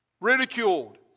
Ridiculed